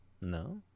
No